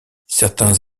certains